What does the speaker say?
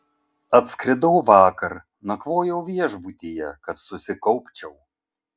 atskridau vakar nakvojau viešbutyje kad susikaupčiau